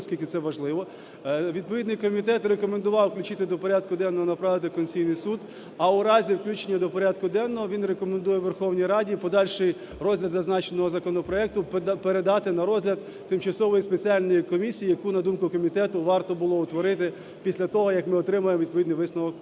Відповідний комітет рекомендував включити до порядку денного в направити в Конституційний Суд, а у разі включення до порядку денного він рекомендує Верховній Раді подальший розгляд зазначеного законопроекту передати на розгляд Тимчасовій спеціальній комісії, яку, на думку комітету, варто було утворити після того, як ми отримаємо відповідний висновок